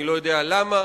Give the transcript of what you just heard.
אני לא יודע למה.